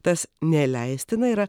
tas neleistina yra